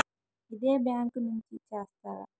ఇదే బ్యాంక్ నుంచి చేస్తారా?